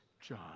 John